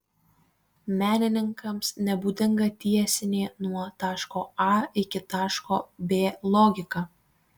menininkams nebūdinga tiesinė nuo taško a iki taško b logika